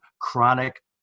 chronic